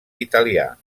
italià